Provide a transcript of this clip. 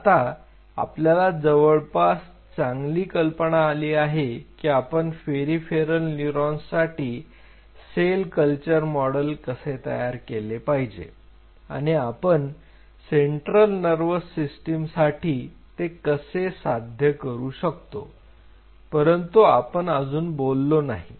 तर आता आपल्याला जवळपास चांगली कल्पना आली आहे की आपण पेरिफेरल न्यूरॉनसाठी सेल कल्चर मॉडेल कसे तयार केले पाहिजे आणि आपण सेंट्रल नर्वस सिस्टम साठी ते कसे साध्य करू शकतो परंतु आपण अजून बोललो नाही